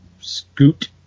scoot